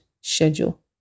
schedule